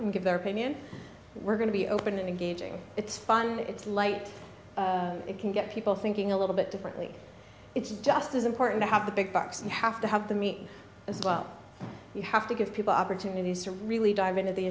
and give their opinion we're going to be open and engaging it's fun it's light it can get people thinking a little bit differently it's just as important to have the big bucks and have to have the meet as well you have to give people opportunities to really dive into the